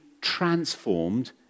transformed